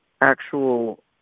actual